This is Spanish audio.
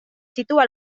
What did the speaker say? sitúa